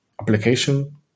application